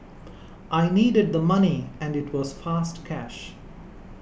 I needed the money and it was fast cash